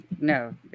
No